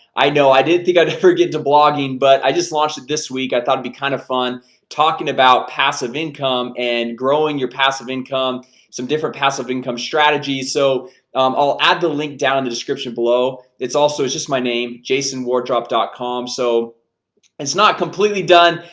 i know i didn't think i'd forget to blogging but i just launched this week i thought it'd be kind of fun talking about passive income and growing your passive income some different passive income strategies so i'll add the link down in the description below. it's also is just my name jason wardrop com, so it's not completely done.